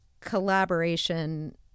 collaboration